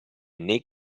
nei